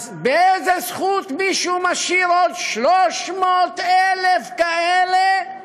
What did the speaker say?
אז באיזה זכות מישהו משאיר עוד 300,000 כאלה,